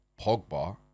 Pogba